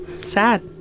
Sad